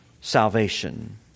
salvation